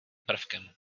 prvkem